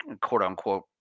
quote-unquote